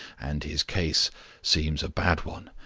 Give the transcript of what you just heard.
and his case seems a bad one.